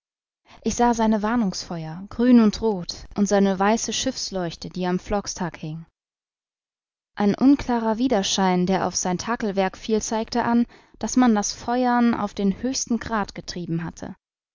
ich sah seine warnungsfeuer grün und roth und seine weiße schiffsleuchte die am fockstag hing ein unklarer widerschein der auf sein takelwerk fiel zeigte an daß man das feuern auf den höchsten grad getrieben hatte